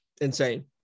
Insane